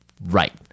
Right